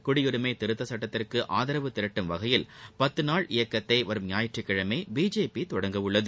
குடியுரிமை திருத்த சுட்டத்திற்கு ஆதரவு திரட்டும் வகையில் பத்து நாள் இயக்கத்தை வரும் ஞாயிற்றுக்கிழமை பிஜேபி தொடங்க உள்ளது